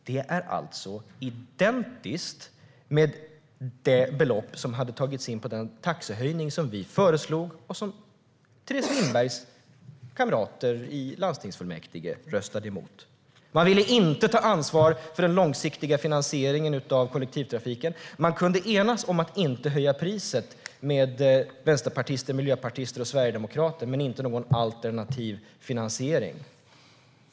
Det är alltså identiskt med det belopp som hade tagits in på den taxehöjning som vi föreslog och som Teres Lindbergs kamrater i landstingsfullmäktige röstade emot. Man ville inte ta ansvar för den långsiktiga finansieringen av kollektivtrafiken. Man kunde enas med vänsterpartister, miljöpartister och sverigedemokrater om att inte höja priset men inte om någon alternativ finansiering.